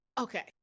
Okay